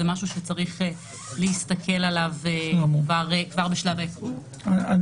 משהו שצריך להסתכל עליו כבר בשלב --- בסדר גמור.